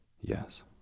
Yes